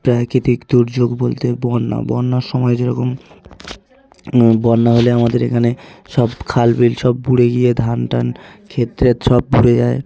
প্রাকৃতিক দুর্যোগ বলতে বন্যা বন্যার সময় যেরকম বন্যা হলে আমাদের এখানে সব খালবিল সব ভরে গিয়ে ধান টান খেত টেত সব ভরে যায়